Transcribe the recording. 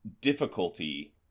difficulty